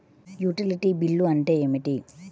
Utility bill అంటే ఏమిటి?